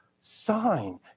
sign